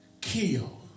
kill